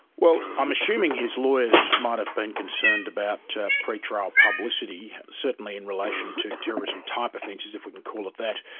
well, i'm assuming his lawyers might have been concerned about pre-trial publicity. certainly in relation to terrorism type offences, if we can call it that,